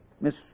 Miss